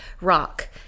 rock